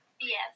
Yes